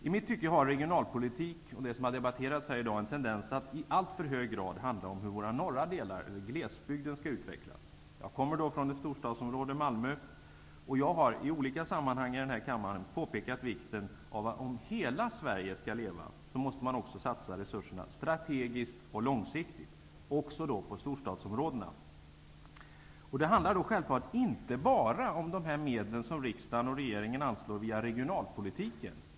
I mitt tycke har regionalpolitik och det som har debatterats här i dag en tendens att i alltför hög grad handla om hur våra norra delar, glesbygden, skall utvecklas. Jag kommer från ett storstadsområde, Malmö, och har i olika sammanhang i den här kammaren påpekat att om hela Sverige skall leva måste man satsa resurserna strategiskt och långsiktigt, även på storstadsområdena. Det handlar självfallet inte bara om de medel som riksdag och regering anslår via regionalpolitiken.